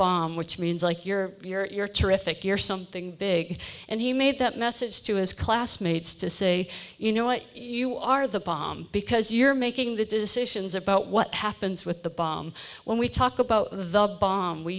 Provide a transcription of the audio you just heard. bomb which means like you're you're terrific you're something big and he made that message to his classmates to say you know what you are the bomb because you're making the decisions about what happens with the bomb when we talk about the bomb we